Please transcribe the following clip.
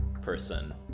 person